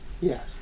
Yes